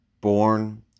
born